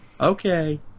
okay